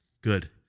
Good